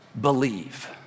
believe